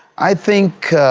i think